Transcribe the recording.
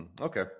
Okay